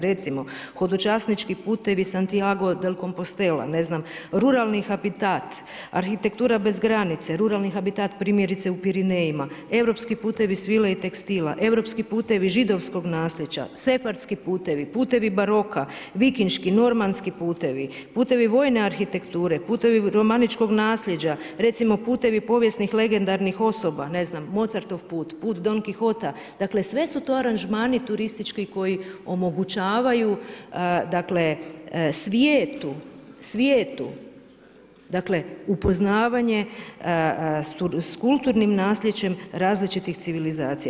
Recimo, hodočasnički puteve Santiago del Compostela, ne znam, ruralni habitat, arhitektura bez granice, ruralni habitat primjerice u Pirinejima, europski putevi svile i tekstila, europski putevi židovskog naslijeđa, sefardski putevi, putevi Baroka, vikinški, normanski putevi, putevi vojne arhitekture, putevi romaničkog naslijeđa, recimo putevi povijesnih legendarnih osoba, ne znam, Mozartov put, put Don Quihota, dakle, sve su to aranžmani turistički koji omogućavaju, dakle, svijetu upoznavanje s kulturnim naslijeđem različitih civilizacija.